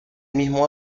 mismo